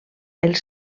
els